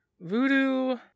Voodoo